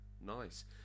nice